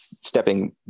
stepping